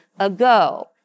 Ago